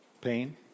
pain